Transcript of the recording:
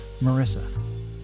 Marissa